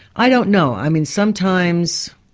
i don't know. i mean sometimes.